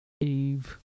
Eve